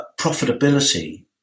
profitability